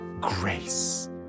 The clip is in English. grace